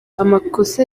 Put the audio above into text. amakosa